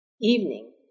evening